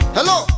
Hello